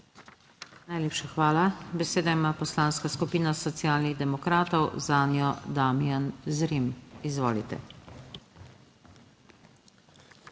Najlepša hvala. Besedo ima Poslanska skupina Socialnih demokratov, zanjo Soniboj Knežak. Izvolite.